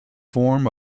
form